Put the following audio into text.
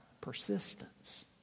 persistence